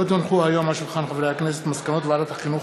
מסקנות ועדת החינוך,